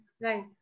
Right